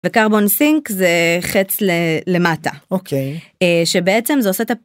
וקרבון סינק זה חץ ללמטה- אוקיי- שבעצם זה עושה את...